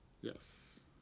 Yes